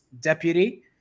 deputy